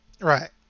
Right